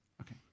Okay